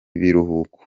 biruhuko